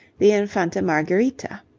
the infanta marguerita.